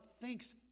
thinks